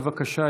בבקשה,